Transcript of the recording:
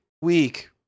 week